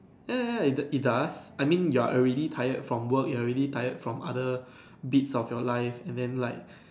ya ya ya it it does I mean you are already tired from work you are already tired from other bits of your life and then like